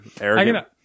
arrogant